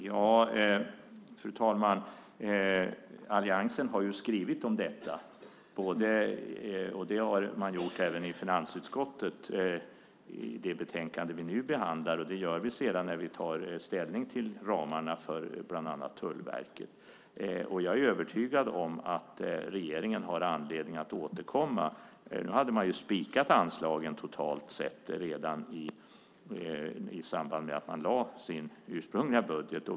Fru talman! Alliansen har skrivit om detta. Det har man gjort även i finansutskottet i det betänkande vi nu behandlar. Det gör vi sedan också när vi tar ställning till ramarna för bland annat Tullverket. Jag är övertygad om att regeringen har anledning att återkomma. Nu hade man spikat anslagen totalt sett redan i samband med att man lade fram den ursprungliga budgeten.